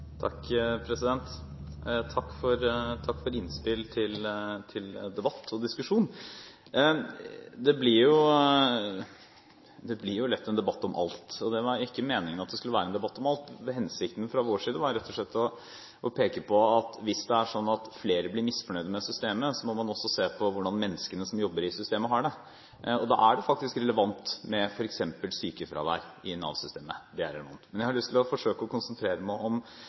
debatt om alt, og det var ikke meningen at det skulle være en debatt om alt, for hensikten fra vår side var rett og slett å peke på at hvis det er sånn at flere blir misfornøyd med systemet, må man også se på hvordan menneskene som jobber i systemet, har det. Da er det faktisk relevant med f.eks. sykefraværet i Nav-systemet. Men jeg har lyst til å forsøke å konsentrere meg om